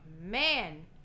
man